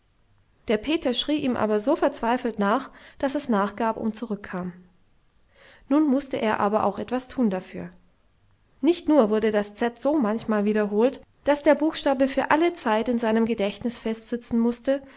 der peter schrie ihm aber so verzweifelt nach daß es nachgab und zurückkam nun mußte er aber auch etwas tun dafür nicht nur wurde das z so manchmal wiederholt daß der buchstabe für alle zeit in seinem gedächtnis festsitzen mußte